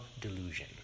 delusion